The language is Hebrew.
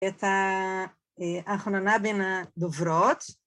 את האחרונה בין הדוברות